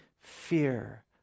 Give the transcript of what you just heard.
fear